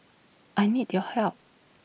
I need your help